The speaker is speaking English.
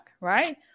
right